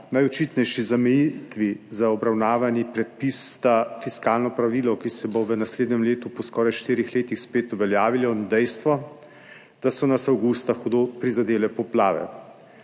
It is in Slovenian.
Najočitnejši zamejitvi za obravnavani predpis sta fiskalno pravilo, ki se bo v naslednjem letu po skoraj štirih letih spet uveljavilo, in dejstvo, da so nas avgusta hudo prizadele poplave.